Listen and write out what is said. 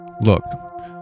look